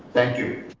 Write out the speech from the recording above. thank you.